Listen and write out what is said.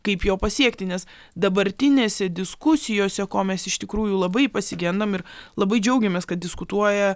kaip jo pasiekti nes dabartinėse diskusijose ko mes iš tikrųjų labai pasigendam ir labai džiaugiamės kad diskutuoja